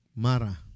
Mara